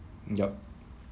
yup